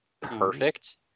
perfect